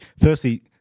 firstly